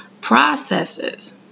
processes